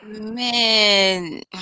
Man